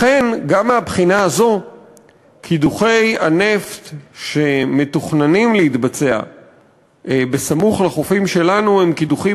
ולכן גם מהבחינה הזאת קידוחי הנפט שמתוכננים סמוך לחופים שלנו הם קידוחים